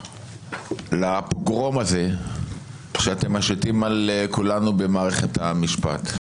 לפוגרום הזה שאתם משיתים על כולנו במערכת המשפט.